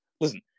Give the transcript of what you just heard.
listen